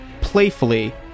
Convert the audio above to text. playfully